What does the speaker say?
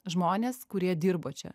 žmonės kurie dirbo čia